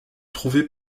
trouvés